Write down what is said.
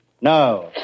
No